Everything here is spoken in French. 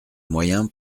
moyens